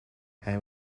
hij